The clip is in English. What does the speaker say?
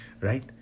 right